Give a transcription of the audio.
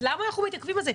אז למה אנחנו מתעכבים על זה?